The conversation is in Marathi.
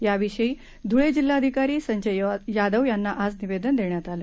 याविषयी ध्रळे जिल्हाधिकारी संजय यादव यांना आज निवेदन देण्यात आले